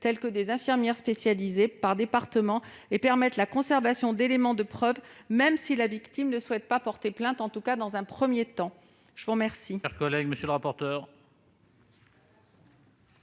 tels que des infirmières spécialisées, par département et la conservation d'éléments de preuve, même si la victime ne souhaite pas porter plainte, en tout cas dans un premier temps. Quel